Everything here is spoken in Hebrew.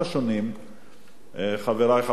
חברי חברי הכנסת,